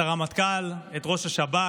את הרמטכ"ל, את ראש השב"כ,